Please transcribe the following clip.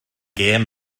gêm